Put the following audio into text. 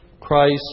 Christ